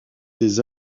des